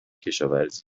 کشاورزی